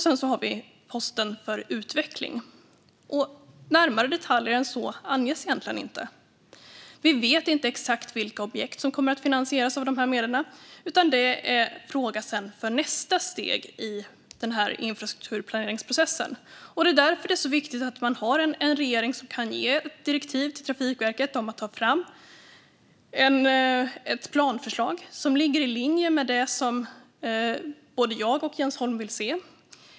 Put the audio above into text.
Den tredje är posten för utveckling. Närmare detaljer än så anges egentligen inte. Vi vet inte exakt vilka objekt som kommer att finansieras av de här medlen, utan det är en fråga för nästa steg i infrastrukturplaneringsprocessen. Det är därför det är så viktigt att man har en regering som kan ge ett direktiv till Trafikverket om att ta fram ett planförslag som ligger i linje med det som både jag och Jens Holm vill se.